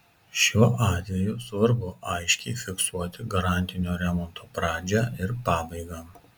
šiuo atveju svarbu aiškiai fiksuoti garantinio remonto pradžią ir pabaigą